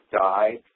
died